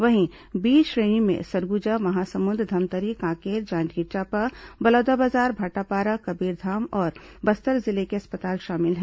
वहीं बी श्रेणी में सरगुजा महासमुंद धमतरी कांकेर जांजगीर चांपा बलौदाबाजार भाटापारा कबीरधाम और बस्तर जिले के अस्पताल शामिल हैं